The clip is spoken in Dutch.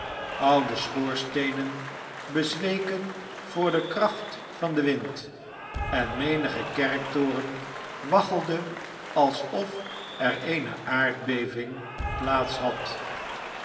oude schoorsteenen bezweken voor de kracht van den wind en menige kerktoren waggelde alsof er eene aardbeving plaats had